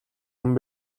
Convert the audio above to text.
хүн